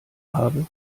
habe